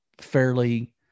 fairly